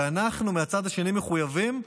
ואנחנו מהצד השני מחויבים,